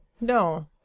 No